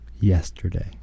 Yesterday